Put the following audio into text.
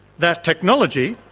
that technology,